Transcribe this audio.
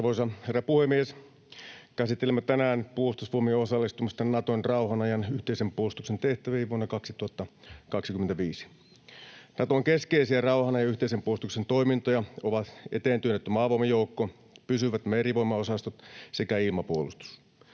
Arvoisa herra puhemies! Käsittelemme tänään Puolustusvoimien osallistumista Naton rauhanajan yhteisen puolustuksen tehtäviin vuonna 2025. Naton keskeisiä rauhanajan yhteisen puolustuksen toimintoja ovat eteentyönnetty maavoimajoukko, pysyvät merivoimaosastot sekä ilmapuolustus.